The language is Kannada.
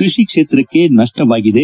ಕೃಷಿ ಕ್ಷೇತಕ್ಷೆ ನಪ್ಪವಾಗಿದೆ